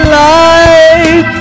life